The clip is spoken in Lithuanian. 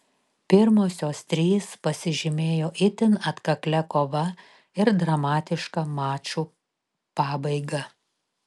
pirmosios trys pasižymėjo itin atkaklia kova ir dramatiška mačų pabaiga